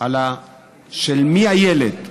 על של מי הילד,